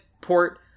port